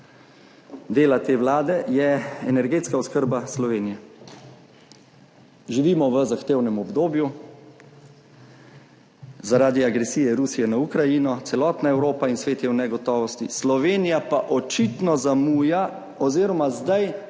dela te vlade je energetska oskrba Slovenije. Živimo v zahtevnem obdobju zaradi agresije Rusije na Ukrajino, celotna Evropa in svet je v negotovosti, Slovenija pa očitno zamuja oziroma zdaj,